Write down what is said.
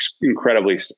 incredibly